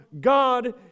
God